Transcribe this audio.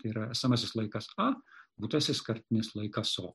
tai yra esamasis laikas a būtasis kartinis laikas o